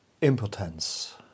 impotence